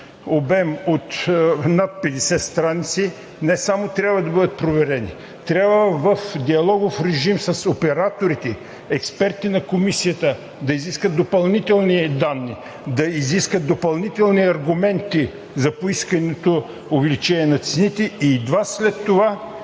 обем от над 50 страници, не само трябва да бъдат проверени, а трябва в диалогов режим с операторите, експертите на Комисията да изискат допълнителни данни, да изискат допълнителни аргументи за поисканото увеличение на цените и едва след това